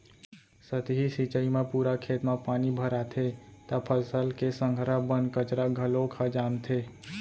सतही सिंचई म पूरा खेत म पानी भराथे त फसल के संघरा बन कचरा घलोक ह जामथे